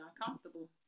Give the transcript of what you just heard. uncomfortable